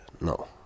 No